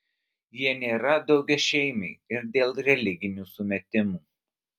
jie nėra daugiašeimiai ir dėl religinių sumetimų